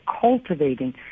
cultivating